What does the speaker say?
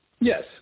Yes